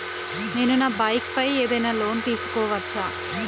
నేను నా బైక్ పై ఏదైనా లోన్ తీసుకోవచ్చా?